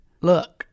look